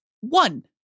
one